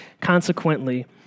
Consequently